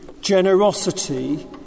generosity